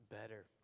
better